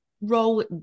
role